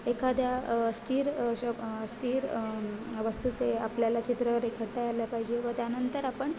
एखाद्या स्थिर अश स्थिर वस्तूचे आपल्याला चित्र रेखाटायला पाहिजे व त्यानंतर आपण